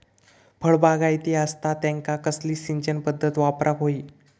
फळबागायती असता त्यांका कसली सिंचन पदधत वापराक होई?